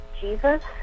Jesus